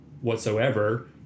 whatsoever